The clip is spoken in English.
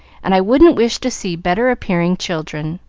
and i wouldn't wish to see better-appearing children.